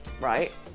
right